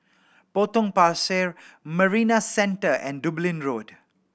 Potong Pasir Marina Centre and Dublin Road